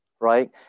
right